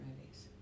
movies